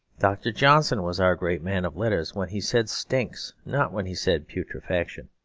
dr. johnson was our great man of letters when he said stinks, not when he said putrefaction.